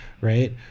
right